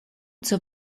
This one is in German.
zur